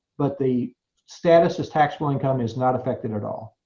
but the status as taxable income is not affected at all.